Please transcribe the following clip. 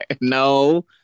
No